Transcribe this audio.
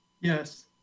yes